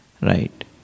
Right